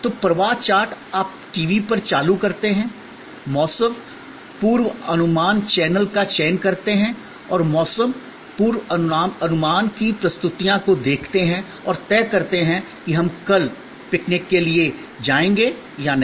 तो प्रवाह चार्ट आप टीवी पर चालू करते हैं मौसम पूर्वानुमान चैनल का चयन करते हैं और मौसम पूर्वानुमान की प्रस्तुतियों को देखते हैं और तय करते हैं कि हम कल और पिकनिक के लिए जाएंगे या नहीं